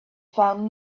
found